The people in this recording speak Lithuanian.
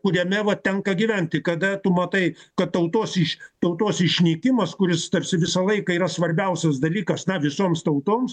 kuriame va tenka gyventi kada tu matai kad tautos iš tautos išnykimas kuris tarsi visą laiką yra svarbiausias dalykas na visoms tautoms